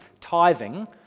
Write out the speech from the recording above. tithing